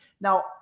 Now